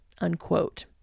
unquote